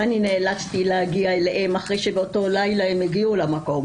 אני נאלצתי להגיע אליהם אחרי שבאותו לילה הם הגיעו למקום,